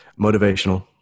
Motivational